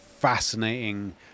fascinating